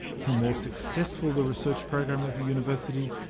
the more successful the research program of a university,